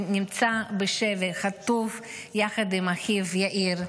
שנמצא בשבי, חטוף יחד עם אחיו יאיר,